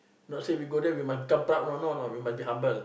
not say we go there must proud know we must be humble